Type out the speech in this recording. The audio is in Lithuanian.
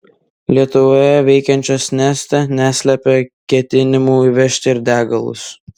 lietuvoje veikiančios neste neslepia ketinimų įvežti ir degalus